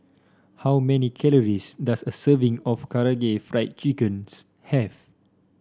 how many calories does a serving of Karaage Fried Chicken's have